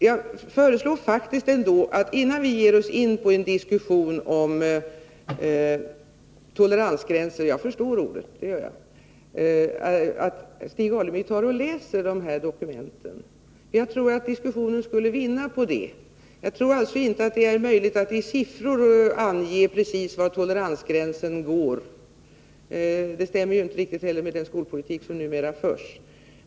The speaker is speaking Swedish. Jag föreslår att Stig Alemyr, innan vi ger oss in på en diskussion om toleransgränser — jag förstår ordet — läser de där dokumenten som jag nämnde tidigare. Jag tror att diskussionen skulle vinna på det. Jag tror alltså inte att det är möjligt att i siffror exakt ange var toleransgränsen går. Det skulle inte heller stämma med den skolpolitik som numera förs.